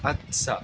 আচ্ছা